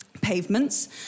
pavements